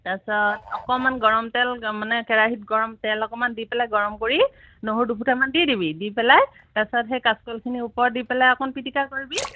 তাৰপিছত অকণমান গৰম তেল মানে কেৰাহীত গৰম তেল অকণমান দি পেলাই গৰম কৰি নহৰু দুফুটামান দি দিবি দি পেলাই তাৰপিছত সেই কাচকলখিনিৰ ওপৰত দি পেলাই অকণ পিটিকা কৰিবি